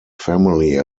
family